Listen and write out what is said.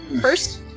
first